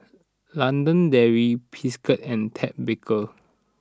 London Dairy Friskies and Ted Baker